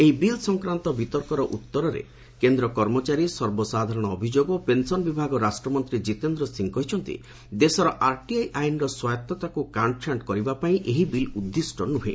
ଏହି ବିଲ୍ ସଂକ୍ରାନ୍ତ ବିତର୍କର ଉତ୍ତର ଦେଇ କେନ୍ଦ୍ର କର୍ମଚାରୀ ସାଧାରଣ ଅଭିଯୋଗ ଓ ପେନ୍ସନ୍ ବିଭାଗ ରାଷ୍ଟ୍ରମନ୍ତ୍ରୀ କିତେନ୍ଦ୍ର ସିଂହ କହିଛନ୍ତି ଦେଶର ଆର୍ଟିଆଇ ଆଇନ୍ର ସ୍ୱାୟତ୍ତାକୁ କାଟ୍ଛାଣ୍ଟ କରିବା ପାଇଁ ଏହି ବିଲ୍ ଉଦ୍ଦିଷ୍ଟ ନ୍ରହେଁ